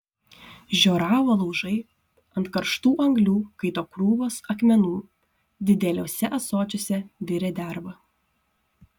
žioravo laužai ant karštų anglių kaito krūvos akmenų dideliuose ąsočiuose virė derva